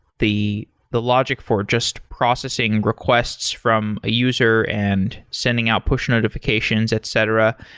the the logic for just processing requests from a user and sending out push notifications, etc.